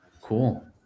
Cool